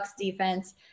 defense